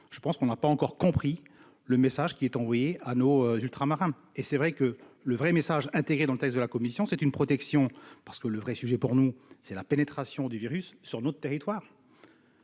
je pense qu'on n'a pas encore compris le message qui est envoyé à nos d'ultramarins et c'est vrai que le vrai message intégré dans le texte de la commission, c'est une protection parce que le vrai sujet, pour nous, c'est la pénétration du virus sur notre territoire.